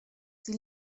sie